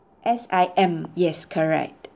S I M yes correct